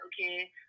okay